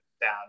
down